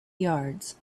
yards